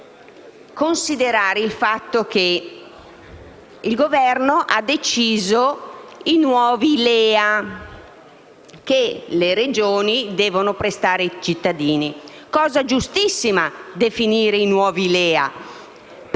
il Governo ha deciso i nuovi LEA che le Regioni devono prestare ai cittadini.